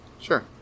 Sure